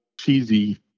cheesy